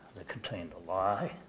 that contained a lie,